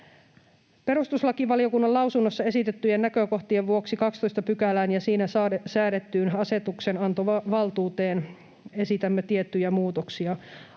Perustuslakivaliokunnan lausunnossa esitettyjen näkökohtien vuoksi 12 §:ään ja siinä säädettyyn asetuksenantovaltuuteen esitämme tiettyjä muutoksia.